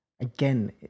Again